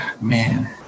Man